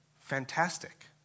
fantastic